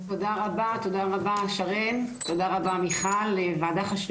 לעשות השתלמויות עזרה ראשונה אני